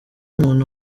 umuntu